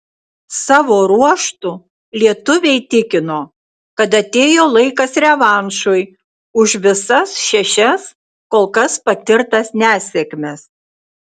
savo ruožtu lietuviai tikino kad atėjo laikas revanšui už visas šešias kol kas patirtas nesėkmes